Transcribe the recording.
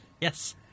Yes